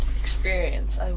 experience